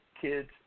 kids